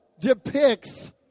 depicts